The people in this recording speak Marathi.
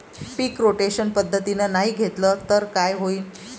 पीक रोटेशन पद्धतीनं नाही घेतलं तर काय होईन?